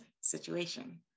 situation